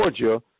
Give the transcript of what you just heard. Georgia